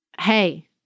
hey